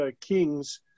kings